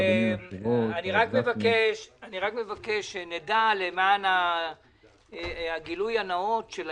מבקש שנדע למען הגילוי הנאות,